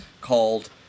called